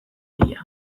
bila